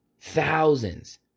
Thousands